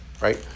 Right